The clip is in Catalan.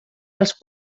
dels